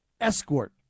escort